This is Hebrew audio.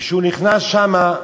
כשהוא נכנס שם,